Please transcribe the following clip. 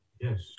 Yes